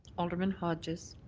alderman hodges.